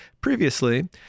previously